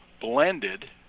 blended